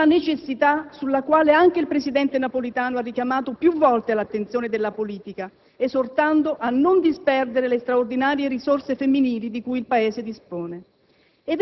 una necessità sulla quale anche il presidente Napolitano ha richiamato più volte l'attenzione della politica, esortando a non disperdere le straordinarie risorse femminili di cui il Paese dispone.